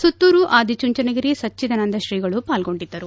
ಸುತ್ತೂರು ಆದಿ ಚುಂಚನಗಿರಿ ಸಜ್ಜಿದಾನಂದ ಶ್ರೀಗಳು ಪಾಲ್ಗೊಂಡಿದ್ದರು